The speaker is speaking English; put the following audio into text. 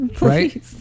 Right